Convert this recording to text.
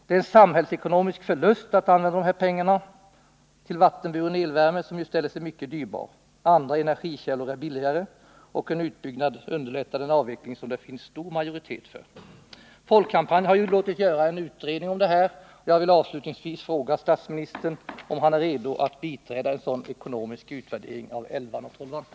Det är en samhällsekonomisk förlust att använda dessa pengar till vattenburen elvärme, som ju ställer sig mycket dyrbar. Andra energikällor är billigare, och en utbyggnad av dem underlättar den avveckling som det ju finns en stor majoritet för. Folkkampanjen har låtit göra en utredning om detta, och jag vill avslutningsvis fråga statsministern om han är redo att biträda dess förslag om en ekonomisk utvärdering av reaktorerna 11 och 12.